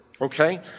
okay